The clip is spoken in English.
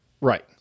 Right